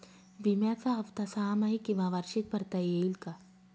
विम्याचा हफ्ता सहामाही किंवा वार्षिक भरता येईल का?